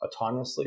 autonomously